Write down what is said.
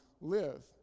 live